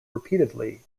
repeatedly